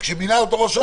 שמינה אותו ראש הרשות.